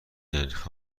نرخ